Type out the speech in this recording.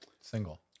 single